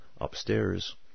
upstairs